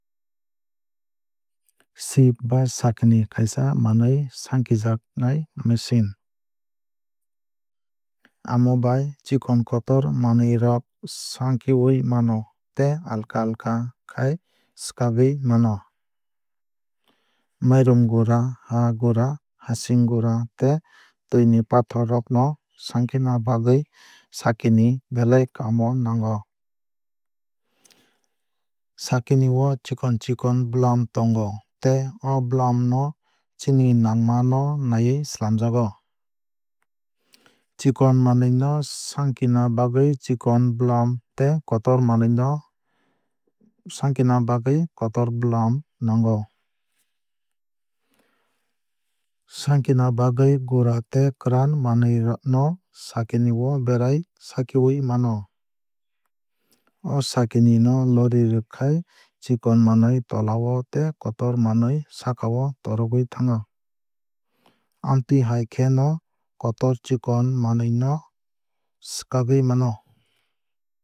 Sieve ba sakini kaisa manwui sankijaknai machine. Amo bai chikon kotor manwui rok sankiwui mano tei alka alka khai swkagwui mano. Mairum gura haa gura hachching gura tei twui ni pathor rok no sankina bagwui sakini belai kaam o nango. Sakini o chikon chikon bwlam tongo tei o bwlam no chini nangma no nawui swlamjago. Chikon manwui no sankina bagwui chikon bwlam tei kotor manwui no sankina bagwui kotor bwlam nango. Sankina bagwui gura tei kwran manuwi no sakini o berai sakiwui mano. O sakini no lorirukhai chikon manwui tola o tei kotor manwui sakao torogwui thango. Amtwui hai khe no kotor chikon manwui no swkagwui mano.